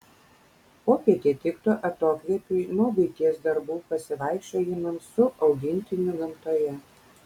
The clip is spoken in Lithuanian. popietė tiktų atokvėpiui nuo buities darbų pasivaikščiojimams su augintiniu gamtoje